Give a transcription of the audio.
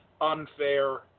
unfair